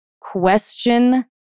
Question